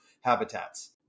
habitats